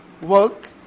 work